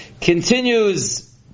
continues